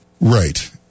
Right